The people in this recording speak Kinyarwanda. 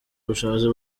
ubushobozi